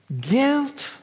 guilt